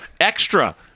Extra